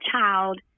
child